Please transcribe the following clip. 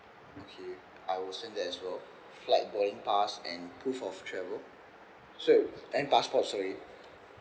okay I will send that as well flight boarding pass and proof of travel sorry and passport sorry